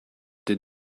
did